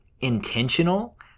intentional